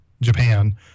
Japan